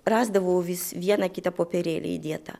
rasdavau vis vieną kitą popierėlį įdėtą